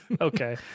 okay